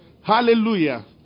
Hallelujah